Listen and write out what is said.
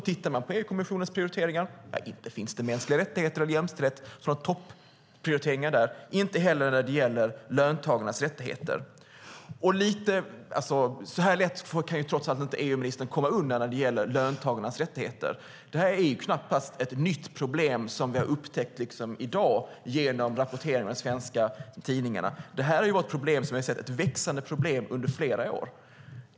Tittar vi på EU-kommissionens prioriteringar kan vi ju notera att inte finns mänskliga rättigheter och jämställdhet som några topprioriteringar där. Det gör det inte heller när det gäller löntagarnas rättigheter. Så här lätt kan trots allt inte EU-ministern komma undan när det gäller löntagarnas rättigheter. Det här är knappast ett nytt problem som vi har upptäckt i dag genom rapporteringen i de svenska tidningarna. Det här har varit ett växande problem under flera år.